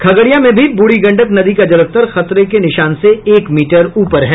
खगड़िया में भी ब्रूढ़ी गंडक नदी का जलस्तर खतरे के निशान से एक मीटर ऊपर है